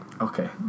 Okay